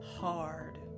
hard